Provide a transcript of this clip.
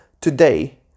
today